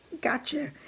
Gotcha